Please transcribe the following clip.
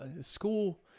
school